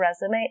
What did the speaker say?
resume